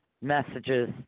messages